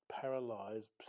paralyzed